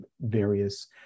various